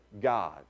God